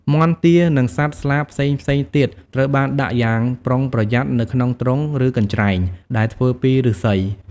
មាន់ ទា និងសត្វស្លាបផ្សេងៗទៀត ត្រូវបានដាក់យ៉ាងប្រុងប្រយ័ត្ននៅក្នុងទ្រុង ឬកញ្ច្រែង ដែលធ្វើពីឫស្សី។